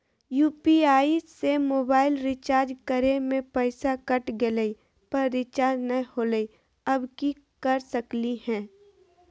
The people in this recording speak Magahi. यू.पी.आई से मोबाईल रिचार्ज करे में पैसा कट गेलई, पर रिचार्ज नई होलई, अब की कर सकली हई?